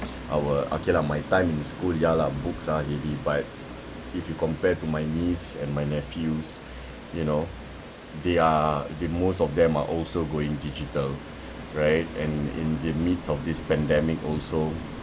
our okay lah my time in school ya lah books are heavy but if you compare to my niece and my nephews you know they are okay most of them are also going digital right and in the midst of this pandemic also